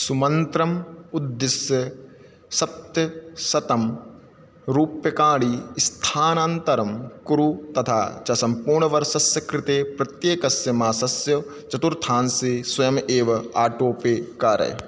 सुमन्त्रम् उद्दिश्य सप्तशतं रूप्यकाणि स्थानान्तरं कुरु तथा च सम्पूर्णवर्षस्य कृते प्रत्येकस्य मासस्य चतुर्थांशे स्वयम् एव आटो पे कारय